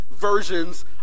versions